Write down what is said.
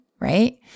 right